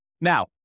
Now